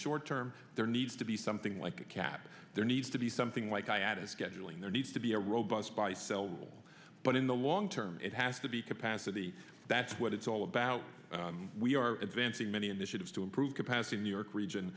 short term there needs to be something like a cap there needs to be something like i add a scheduling there needs to be a robust buy sell rule but in the long term it has to be capacity that's what it's all about we are advancing many initiatives to improve capacity in new york region